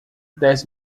dez